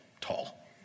tall